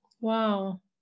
Wow